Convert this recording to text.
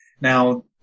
Now